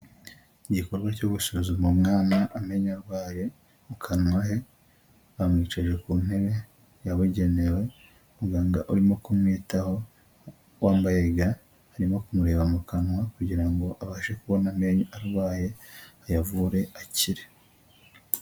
Igikorwa cyo gusuzuma umwana amenya arwaye, mu kanwa he, bamwica ku ntebe yabugenewe, muganga urimo kumwitaho wambaye ga arimo kumureba mu kanwa kugira ngo abashe kubona amenyo arwaye ayavure akire.